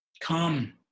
Come